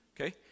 Okay